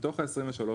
מתוך ה-23,